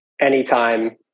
Anytime